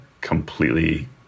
completely